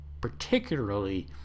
particularly